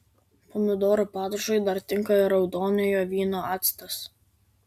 pomidorų padažui dar tinka ir raudonojo vyno actas